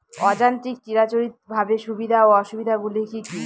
অযান্ত্রিক চিরাচরিতভাবে সুবিধা ও অসুবিধা গুলি কি কি?